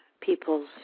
people's